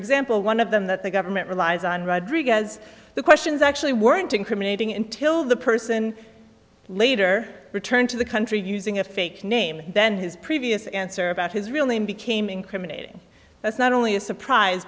example one of them that the government relies on rodriguez the questions actually weren't incriminating intil the person later returned to the country using a fake name then his previous answer about his real name became incriminating that's not only a surprise